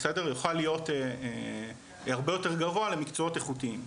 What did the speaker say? יוכל להיות הרבה יותר גבוה למקצועות איכותיים.